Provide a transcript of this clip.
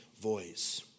voice